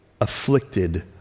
afflicted